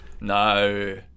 no